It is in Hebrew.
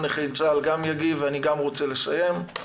נכי צה"ל גם יגיב ואני גם רוצה לסיים.